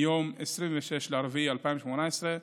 מיום 26 באפריל 2018,